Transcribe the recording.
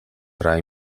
tra